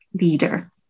leader